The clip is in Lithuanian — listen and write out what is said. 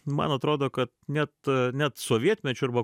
man atrodo kad net net sovietmečiu arba